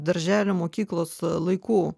darželio mokyklos laikų